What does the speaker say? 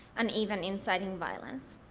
and even inciting violence.